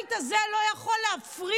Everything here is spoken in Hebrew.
הבית הזה לא יכול להפריע,